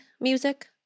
music